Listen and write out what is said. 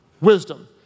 wisdom